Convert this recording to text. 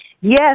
Yes